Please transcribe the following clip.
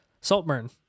Saltburn